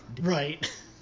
Right